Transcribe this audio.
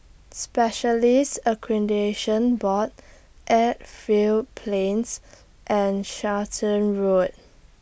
Specialists Accreditation Board Edgefield Plains and Charlton Road